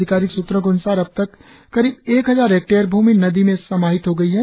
अधिकारिक स्त्रों के अनुसार अब तक करीब एक हजार हेक्टेयर भूमि नदी में समाहित हो गई है